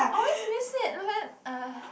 I always miss it uh